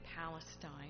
Palestine